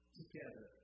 together